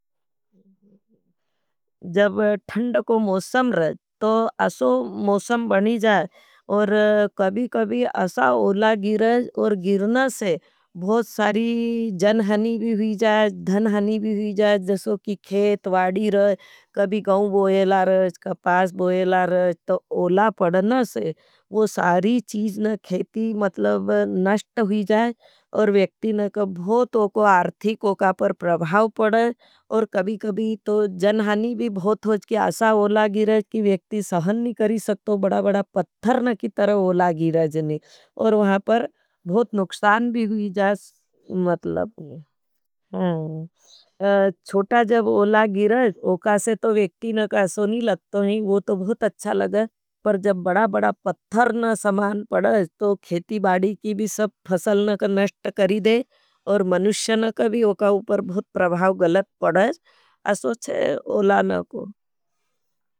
जब थंड को मौसम रह, तो अशो मौसम बनी जाएँ और कभी-कभी अशा ओला गिर और गिरना से बहुत सारी जन हनी भी हुई जाएँ। धन हनी भी हुई जाएँ जसो कि खेत, वाड़ी रह, कभी कौं बोयला रह, कपास बोयला रह तो ओला पड़ना से, वो सारी चीज खेती। मतलब नश्ट हुई जाएं और वेक्ति नक भोत, वो को आर्थिक ओका पर प्रभाव पड़ाएं। और कभी-कभी तो जन हनी भी भोत होज, कि अशा ओला गिर और गिरना वेक्ति सहन नहीं करी सकता। बड़ा-बड़ा पढ़न की तरव ओला गिर नहीं और वहाँ पर बहुत नुक्षान भी हुई जाएं चोटा जब ओला गिर औका। से तो वेक्ति नक अशो नहीं लगता है, वो तो बहुत अच्छा लगा पर जब बड़ा-बड़ा पत्थर न समान पढ़। तो खेती-बाडी की भी सब फसल नक नश्ट करी दें और मनुष्य नक भी उका उपर बहुत प्रभाव गलत पढ़ अशो चे ओला नको।